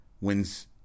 wins